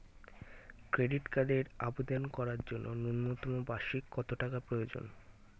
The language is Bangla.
ক্রেডিট কার্ডের আবেদন করার জন্য ন্যূনতম বার্ষিক কত টাকা প্রয়োজন?